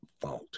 fault